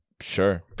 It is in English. Sure